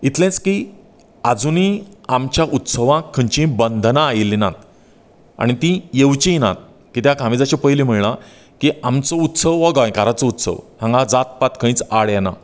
इतलेंच की आजूनय आमच्या उत्सवांक खंयचीं बंदना आयिल्लीं नात आनी ती येवची नात कित्याक हांवें जशें पयली म्हणलां की आमचो उत्सव हो गोंयकारांचो उत्सव हांगा जातपात खंयच आड येना